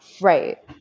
Right